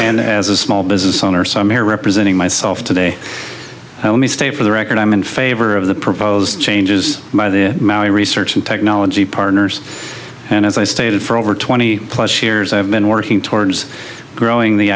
and as a small business owner some air representing myself today state for the record i'm in favor of the proposed changes by the my research and technology partners and as i stated for over twenty plus years i've been working towards growing the